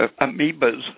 amoebas